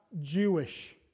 Jewish